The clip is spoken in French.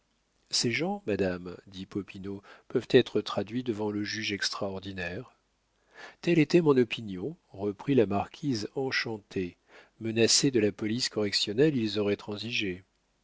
ces gens madame dit popinot peuvent être traduits devant le juge extraordinaire telle était mon opinion reprit la marquise enchantée menacés de la police correctionnelle ils auraient transigé